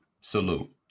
Salute